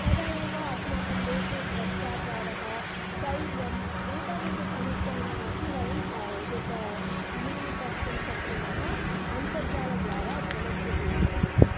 तदा एव अस्माकं देशे भ्रष्टाचारः चौर्यम् एतादृश समस्यानामपि वयं एकं न्यूनीकर्तुं शक्नुमः अन्तर्जालद्वारा धनस्य विनिमयेन